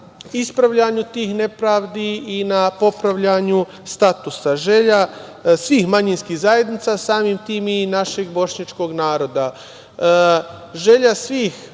ispravljanju tih nepravdi i na popravljanju statusa. Želja svih manjinskih zajednica, samim tim i našeg Bošnjačkog naroda,